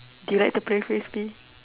do you like to play Frisbee